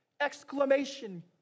Exclamation